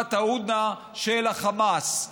ליוזמת ההודנה של החמאס,